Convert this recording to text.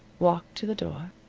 walked to the door,